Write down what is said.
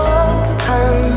open